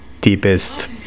deepest